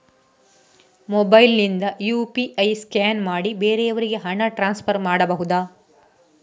Mobile ನಿಂದ UPI scan ಮಾಡಿ ಬೇರೆಯವರಿಗೆ ಹಣ ಟ್ರಾನ್ಸ್ಫರ್ ಮಾಡಬಹುದ?